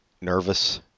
nervous